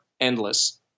endless